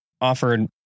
offered